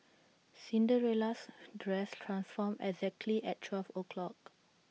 Cinderella's dress transformed exactly at twelve o'clock